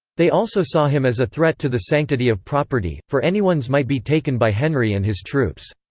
they also saw him as a threat to the sanctity of property, for anyone's might be taken by henry and his troops.